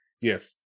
Yes